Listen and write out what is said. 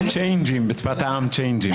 בשפת העם, צ'יינג'ים.